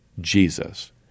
Jesus